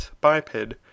biped